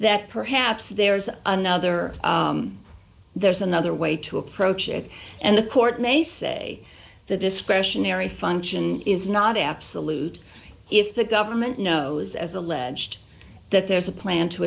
that perhaps there's another there's another way to approach it and the court may say the discretionary function is not absolute if the government knows as alleged that there's a plan to